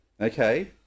okay